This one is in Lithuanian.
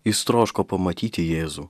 jis troško pamatyti jėzų